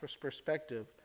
perspective